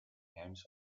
hands